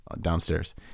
downstairs